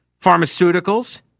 pharmaceuticals